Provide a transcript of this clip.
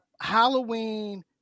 Halloween